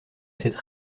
cette